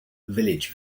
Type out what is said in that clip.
village